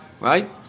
right